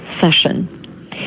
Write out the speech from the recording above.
session